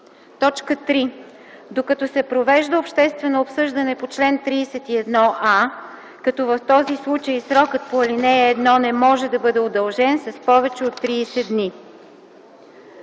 т. 3: „3. докато се провежда обществено обсъждане по чл. 31а, като в този случай срокът по ал. 1 не може да бъде удължен с повече от 30 дни.”